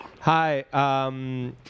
Hi